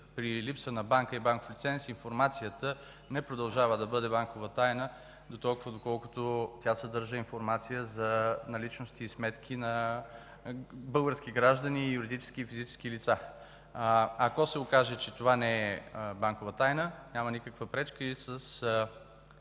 при липса на банка и банков лиценз информацията не продължава да бъде банкова тайна дотолкова, доколкото тя съдържа информация за наличности и сметки на български граждани, юридически и физически лица. Ако се окаже, че това не е банкова тайна, няма никаква пречка и с